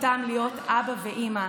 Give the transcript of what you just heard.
זו גם זכותם להיות אבא ואימא,